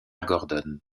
gordon